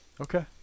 Okay